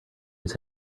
his